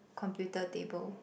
computer table